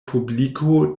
publiko